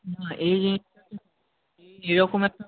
না এই একটা এই এরকম একটা